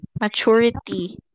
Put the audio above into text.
maturity